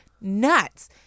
nuts